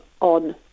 on